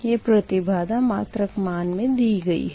यह प्रतिबाधा प्रतिमात्रक मान मे दी गयी है